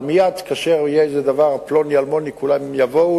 אבל מייד כאשר יהיה איזה דבר פלוני אלמוני כולם יבואו,